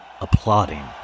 applauding